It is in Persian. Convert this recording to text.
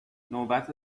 نوبت